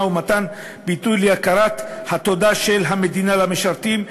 ומתן ביטוי להכרת התודה של המדינה למשרתים,